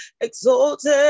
exalted